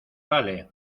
vale